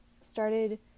started